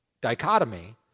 dichotomy